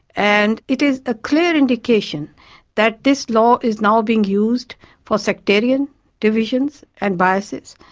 and it is a clear indication that this law is now being used for sectarian divisions and biases.